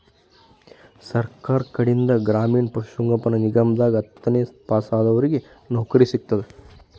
ಸರ್ಕಾರ್ ಕಡೀನ್ದ್ ಗ್ರಾಮೀಣ್ ಪಶುಸಂಗೋಪನಾ ನಿಗಮದಾಗ್ ಹತ್ತನೇ ಪಾಸಾದವ್ರಿಗ್ ನೌಕರಿ ಸಿಗ್ತದ್